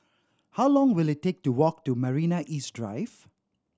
how long will it take to walk to Marina East Drive